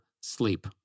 sleep